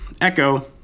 Echo